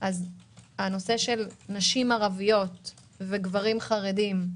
אז הנושא של נשים ערביות וגברים חרדים,